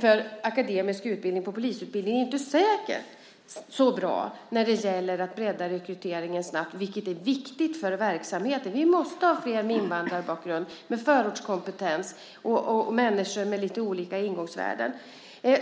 för akademisk utbildning till polisutbildningen är inte självklart bra när det gäller att bredda rekryteringen snabbt, vilket är viktigt för verksamheten. Vi måste ha flera med invandrarbakgrund och förortskompetens och människor med lite olika ingångsvärden.